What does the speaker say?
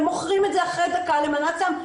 הם מוכרים את זה אחרי דקה למנת סם.